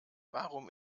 warum